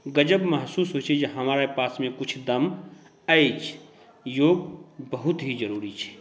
गजब महसुस होइ छै जे हमारे पासमे दम अछि योग बहुत ही जरुरी छै